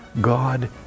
God